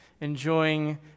enjoying